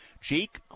jake